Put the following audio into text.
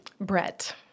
Brett